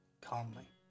calmly